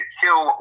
kill